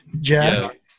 Jack